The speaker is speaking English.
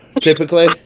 Typically